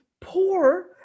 poor